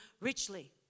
richly